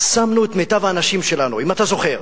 ושמנו את מיטב האנשים שלנו, אם אתה זוכר,